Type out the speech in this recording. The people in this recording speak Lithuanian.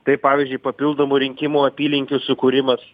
tai pavyzdžiui papildomų rinkimų apylinkių sukūrimas